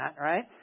Right